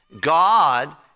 God